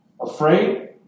afraid